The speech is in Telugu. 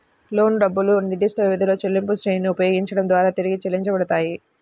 లోను డబ్బులు నిర్దిష్టవ్యవధిలో చెల్లింపులశ్రేణిని ఉపయోగించడం ద్వారా తిరిగి చెల్లించబడతాయి